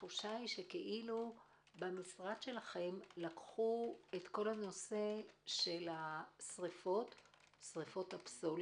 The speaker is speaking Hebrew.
התחושה היא שבמשרד שלכם לקחו את כל הנושא של שריפות הפסולת,